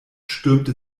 stürmte